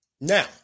Now